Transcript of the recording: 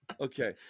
Okay